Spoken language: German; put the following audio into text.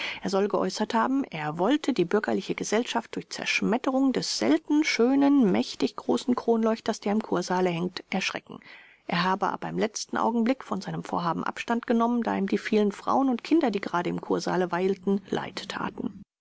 er soll geäußert haben er wollte die bürgerliche gesellschaft durch zerschmetterung des selten schönen mächtig großen kronleuchters der im kursaale hängt erschrecken er habe aber im letzten augenblick von seinem vorhaben abstand genommen da ihm die vielen frauen und kinder die gerade im kursaale weilten leid taten